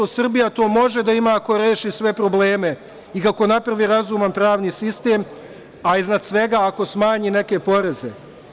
Srbija to može da ima ako reši sve probleme i ako napravi razuman pravni sistem, a iznad svega, ako smanji neke poreze.